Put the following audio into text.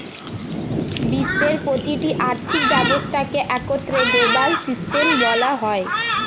বিশ্বের প্রতিটি আর্থিক ব্যবস্থাকে একত্রে গ্লোবাল সিস্টেম বলা হয়